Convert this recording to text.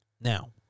Now